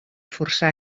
forçar